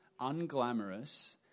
unglamorous